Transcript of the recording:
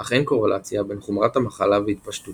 אך אין קורלציה בין חומרת המחלה והתפשטותה